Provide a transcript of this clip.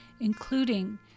including